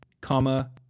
comma